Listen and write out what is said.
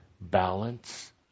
balance